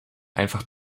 einfach